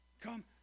come